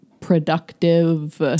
productive